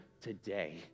today